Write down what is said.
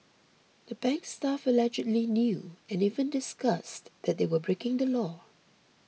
the bank's staff allegedly knew and even discussed that they were breaking the law